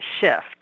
shift